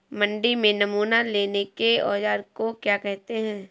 मंडी में नमूना लेने के औज़ार को क्या कहते हैं?